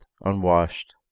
unwashed